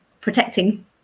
protecting